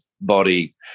body